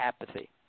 apathy